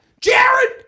Jared